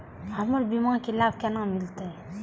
हमर बीमा के लाभ केना मिलते?